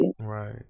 Right